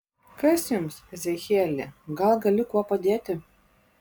kas jums ezechieli gal galiu kuo padėti